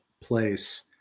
place